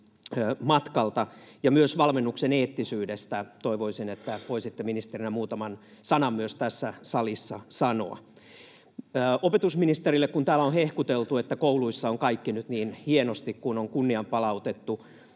myös valmennuksen eettisyydestä voisitte ministerinä muutaman sanan tässä salissa sanoa. Opetusministerille: Kun täällä on hehkuteltu, että kouluissa on kaikki nyt niin hienosti, kun on kunnia palautettu,